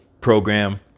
program